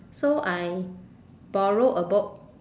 so I borrowed a book